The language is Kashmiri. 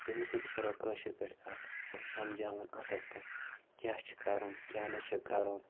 تٔمِس سۭتۍ کَرو کٲشِر پٲٹھۍ کَتھ سۄ سمجھاوون اَصٕل پٲٹھۍ کیٛاہ چھِ کَرُن کیٛاہ نہٕ چھِ کَرُن